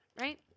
right